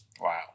Wow